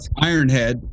Ironhead